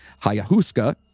Hayahuska